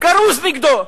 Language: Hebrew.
כרוז נגדו.